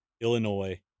Illinois